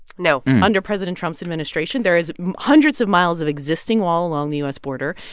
no. under president trump's administration. there is hundreds of miles of existing wall along the u s. border.